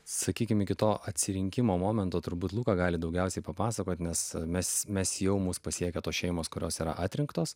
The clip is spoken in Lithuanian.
sakykime iki to atsirinkimo momento turbūt luko gali daugiausiai papasakoti nes mes mes jau mus pasiekia tos šeimos kurios yra atrinktos